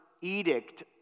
edict